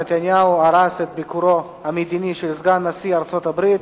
נתניהו הרס את ביקורו המדיני של סגן נשיא ארצות-הברית,